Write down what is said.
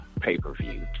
pay-per-view